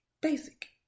basic